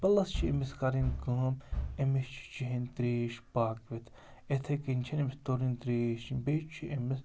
plus چھِ أمِس کَرٕنۍ کٲم أمِس چھِ چیٚنۍ ترٛیش پاکہٕ وِتھ یِتھَے کَنۍ چھِنہٕ أمِس تٕرٕنۍ ترٛیش چیٚنۍ بیٚیہِ چھُ أمِس